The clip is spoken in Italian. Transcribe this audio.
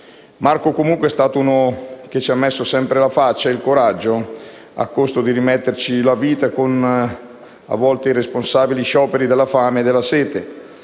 Marco, comunque, è stato uno che ci ha messo sempre la faccia e il coraggio, a costo di rimetterci la vita con, a volte, irresponsabili scioperi della fame e della sete,